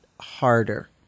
harder